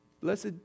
Blessed